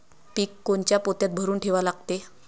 पीक कोनच्या पोत्यात भरून ठेवा लागते?